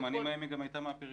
בזמנים ההם היא גם הייתה מהפריפריה.